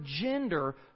gender